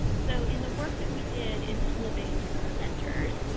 so, in the work that we did in school-based health centers,